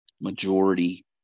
majority